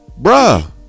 Bruh